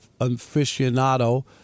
aficionado